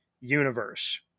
universe